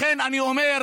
לכן אני אומר,